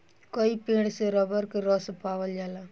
कई पेड़ से रबर के रस पावल जाला